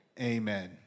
Amen